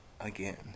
again